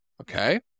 okay